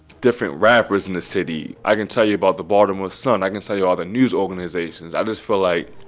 different rappers in the city, i can tell you about the baltimore sun, i can tell you all the news organizations i just feel like